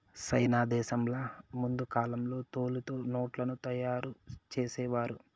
సైనా దేశంలో ముందు కాలంలో తోలుతో నోట్లను తయారు చేసేవారు